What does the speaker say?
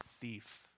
thief